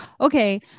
okay